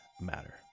Matter